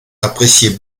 appréciait